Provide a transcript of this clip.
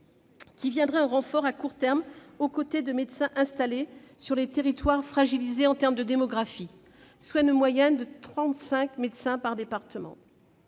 viendraient en renfort à court terme, au côté de médecins installés, sur les territoires fragilisés en termes démographiques, soit, en moyenne, trente-cinq médecins par département.